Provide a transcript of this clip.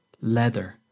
Leather